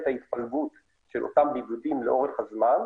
ההתפלגות של אותם בידודים לאורך הזמן,